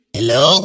Hello